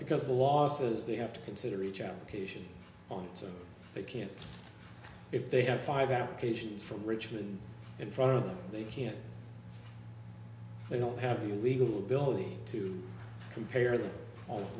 because the losses they have to consider each application on they can't if they have five applications from richmond in front of them they can't they don't have the legal ability to compare the